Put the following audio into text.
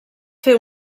fer